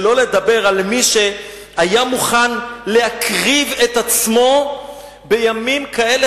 שלא לדבר על מי שהיה מוכן להקריב את עצמו בימים כאלה